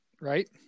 right